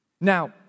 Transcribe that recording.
Now